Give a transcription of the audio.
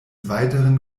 weiteren